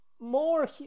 more